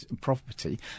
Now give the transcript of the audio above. property